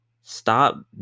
stop